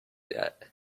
yet